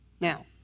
Now